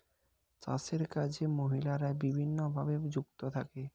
চাষের কাজে মহিলারা বিভিন্নভাবে যুক্ত থাকে